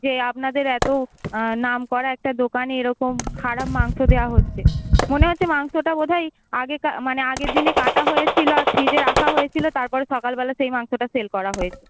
যে আপনাদের এত নাম করা একটা দোকানে এরকম খারাপ মাংস দেওয়া হচ্ছে মনে হচ্ছে মাংসটা বোধহয় আগেকা মানে আগের দিনে কাটা হয়েছিল আর ফ্রিজে রাখা হয়েছিল তার পরে সকালবেলা সেই মাংসটা সেল করা হয়েছে